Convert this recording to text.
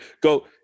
go